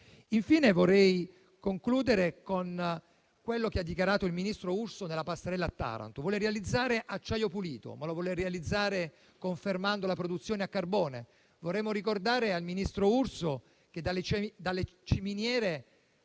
intervento con quello che ha dichiarato il ministro Urso nel corso della sua passerella a Taranto. Vuole realizzare acciaio pulito, ma lo vuole fare confermando la produzione a carbone. Vorremmo ricordare al ministro Urso che dalle ciminiere